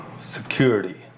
Security